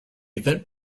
event